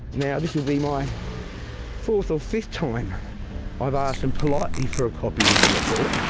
now this will be my fourth or fifth time i've asked them politely for a copy of the report.